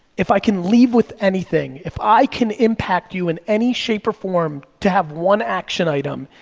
if i can lead with anything, if i can impact you in any shape or form to have one action item,